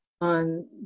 on